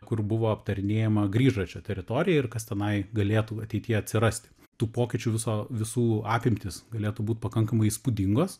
kur buvo aptarinėjama grįžračio teritorija ir kas tenai galėtų ateityje atsirasti tų pokyčių viso visų apimtys galėtų būt pakankamai įspūdingos